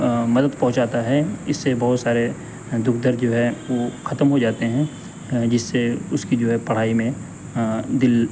مدد پہنچاتا ہے اس سے بہت سارے دکھ درد جو ہے وہ ختم ہو جاتے ہیں جس سے اس کی جو ہے پڑھائی میں دل